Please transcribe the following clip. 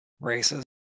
races